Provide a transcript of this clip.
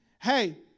hey